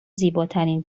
زیباترین